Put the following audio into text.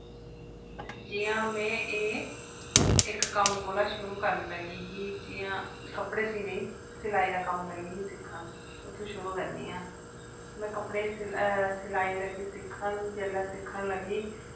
जियां में एह् इक कम्म कोला शुरू करन लगी ही जि'यां कपड़े सीने सिलाई दा कम्म लगी ही सिक्खन उत्थूं शरूर करनी आं में कपड़े सिलाई लगी सिक्खन जेल्लै सिक्खन लगी